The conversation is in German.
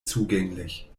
zugänglich